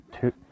two